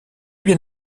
bien